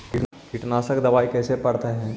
कीटनाशक दबाइ कैसे पड़तै है?